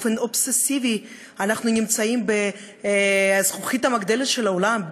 באופן אובססיבי אנחנו נמצאים בזכוכית המגדלת של העולם,